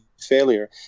failure